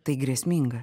tai grėsminga